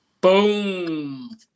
Boom